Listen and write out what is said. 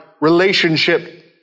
relationship